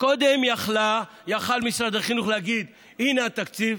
קודם יכול משרד החינוך להגיד: הינה התקציב,